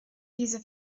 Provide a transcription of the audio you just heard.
diese